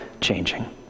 changing